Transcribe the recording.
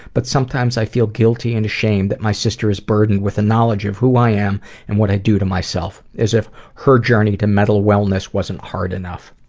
but sometimes i feel guilty and ashamed that my sister is burdened with the knowledge of who i am and what i do to myself as if her journey to mental wellness isn't hard enough.